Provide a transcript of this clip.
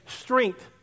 strength